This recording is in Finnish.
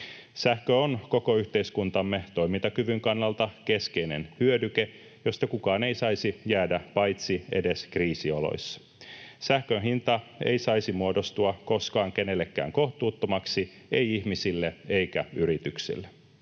Sähkö on koko yhteiskuntamme toimintakyvyn kannalta keskeinen hyödyke, josta kukaan ei saisi jäädä paitsi edes kriisioloissa. Sähkön hinta ei saisi muodostua koskaan kenellekään kohtuuttomaksi, ei ihmisille eikä yrityksille.